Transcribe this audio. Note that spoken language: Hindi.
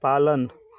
पालन